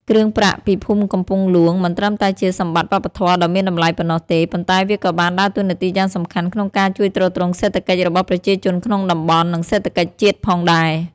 គ្រឿងប្រាក់ពីភូមិកំពង់ហ្លួង មិនត្រឹមតែជាសម្បត្តិវប្បធម៌ដ៏មានតម្លៃប៉ុណ្ណោះទេ ប៉ុន្តែវាក៏បានដើរតួនាទីយ៉ាងសំខាន់ក្នុងការជួយទ្រទ្រង់សេដ្ឋកិច្ចរបស់ប្រជាជនក្នុងតំបន់ និងសេដ្ឋកិច្ចជាតិផងដែរ។